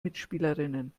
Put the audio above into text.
mitspielerinnen